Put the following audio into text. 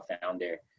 founder